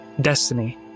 destiny